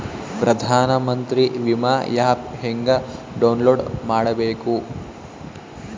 ಪ್ರಧಾನಮಂತ್ರಿ ವಿಮಾ ಆ್ಯಪ್ ಹೆಂಗ ಡೌನ್ಲೋಡ್ ಮಾಡಬೇಕು?